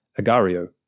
Agario